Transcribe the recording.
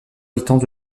habitants